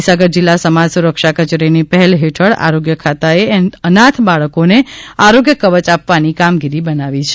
મહીસાગર જિલ્લા સમાજ સુરક્ષા કચેરીની પહેલ હેઠળ આરોગ્ય ખાતાએ અનાથ બાળકોને આરોગ્ય કવય આપવાની કામગીરી બનાવી છે